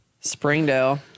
Springdale